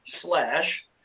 slash